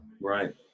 right